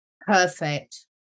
Perfect